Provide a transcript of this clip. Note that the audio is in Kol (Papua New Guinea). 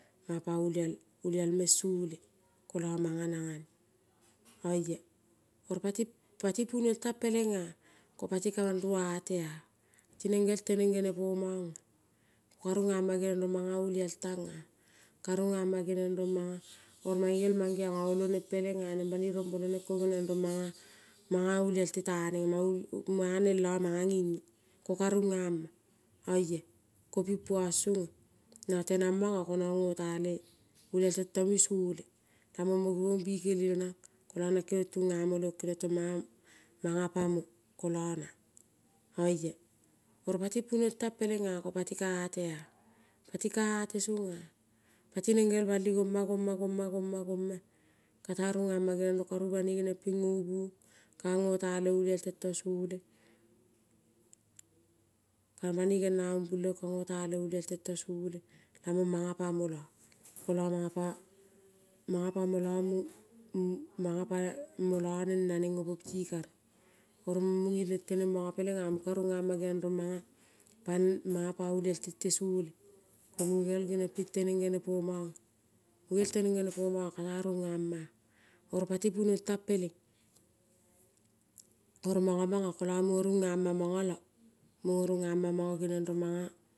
Manga pa olial meng sole koio manga nang ngane, oeia oro pati punong teng pelengea kopati kamangrua tea, tineng gerel teneng ngere pomongea, ka ningama ngeniong rong manga olial tangea, karungama ngeniong rong omange gel mangeiongea oloneng pelengea neng banoi ruombolneng ngeniong rong manga olial tetaneng manga neng lo manga ngenge. Koka nengeama oia, ko ping puong songea nongo tenang mongo ko nongo ngo tale olial tentomi sole kamo gibong bikele nang kolo nang kinong tunga mo leong keniong tong manga mepo koio nang. Oia oro pati punong tang pelengea ko pati kaea tea, pati kaeae te songea, pati neng gel bali goma goma goma kate ninga ma ngeniong rong karu banoi geniong ping ngo bung ka ngotea le olial tento solea. ka banoi gena umbel le ong ka ngo ta le olial tento sole lamong mange pamo loko manga manga pamelo neng naneng opo pati kari. Oro munge rong teneng mongo peleng nga munga ka ningama geniong rong manga pan pa olial tente sole, munge gerel geniong ping teneng ngene mongea. Munge gel teneng gene pomongea ka tea ningeama ea, oro pati punong tang peleng, oro mongo mongo koio mungo ningeama mongolo. Mungo ningama ngeniong rong manga.